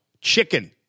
chicken